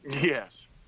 Yes